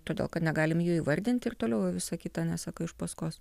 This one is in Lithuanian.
todėl kad negalim jų įvardinti ir toliau jau visa kita neseka iš paskos